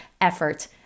effort